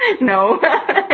No